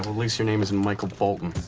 least your name isn't michael bolton.